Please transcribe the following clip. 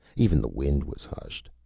even the wind was hushed.